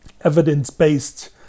evidence-based